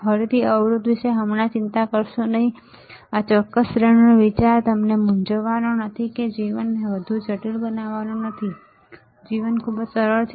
ફરીથી અવરોધ વિશે હમણાં ચિંતા કરશો નહીં આ ચોક્કસ શ્રેણીનો વિચાર તમને મૂંઝવવાનો નથી કે જીવનને વધુ જટિલ બનાવવાનો નથી જીવન ખૂબ જ સરળ છે